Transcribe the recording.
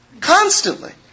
Constantly